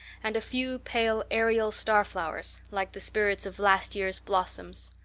and a few pale, aerial starflowers, like the spirits of last year's blossoms.